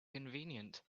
convenient